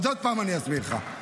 אז עוד פעם אני אסביר לך.